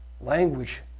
language